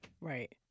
right